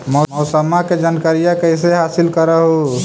मौसमा के जनकरिया कैसे हासिल कर हू?